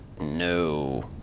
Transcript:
no